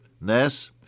ness